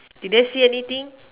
did they see anything